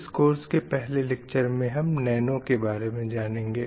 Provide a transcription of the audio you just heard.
इस कोर्स के पहले लेक्चर में हम नैनो के बारे में जानेंगे